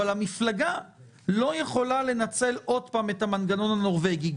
אבל המפלגה לא יכולה לנצל עוד פעם את "המנגנון הנורבגי".